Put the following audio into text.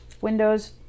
windows